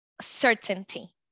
certainty